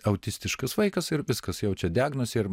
autistiškas vaikas ir viskas jau čia diagnozė ir